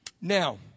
Now